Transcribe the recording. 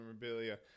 Memorabilia